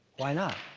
why not?